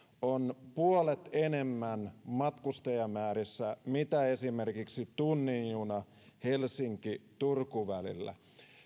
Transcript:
on puolet enemmän matkustajamäärissä mitä esimerkiksi tunnin junassa helsinki turku välillä